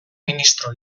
ministro